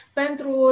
pentru